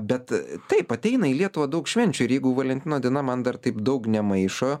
bet taip ateina į lietuvą daug švenčių ir jeigu valentino diena man dar taip daug nemaišo